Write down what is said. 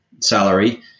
salary